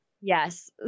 yes